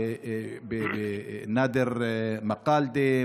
בנאדר מקלאדה,